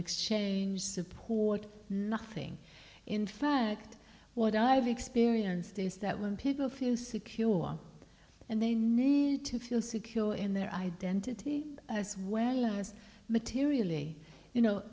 exchange support nothing in fact what i've experienced is that when people feel secure and they need to feel secure in their identity as well as materially you know